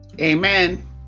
Amen